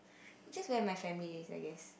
just going out with my family I guess